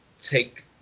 take